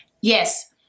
Yes